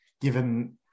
given